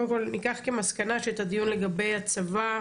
קודם כל ניקח כמסקנה שאת הדיון לגבי הצבא,